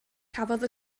cafodd